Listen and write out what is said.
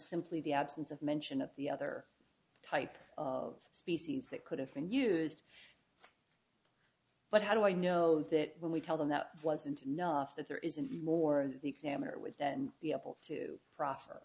simply the absence of mention of the other type of species that could have been used but how do i know that when we tell them that wasn't enough that there isn't more the examiner would then be able to pro